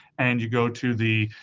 and you go to the